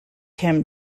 him